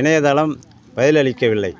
இணையதளம் பதிலளிக்கவில்லை